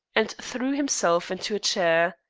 and threw himself into a chair.